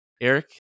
Eric